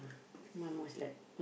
mum was like